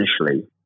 initially